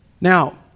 Now